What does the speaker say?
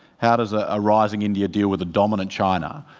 how does ah a rising india deal with a dominant china?